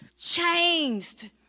changed